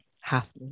half